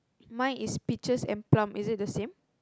mine is peaches and plum is it the same